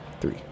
three